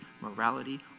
morality